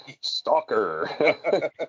Stalker